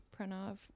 Pranav